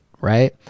right